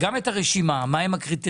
גם את הרשימה, מה הם הקריטריונים,